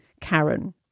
Karen